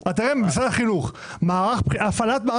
תראה: משרד החינוך הפעלת מערך בחינות בגרות.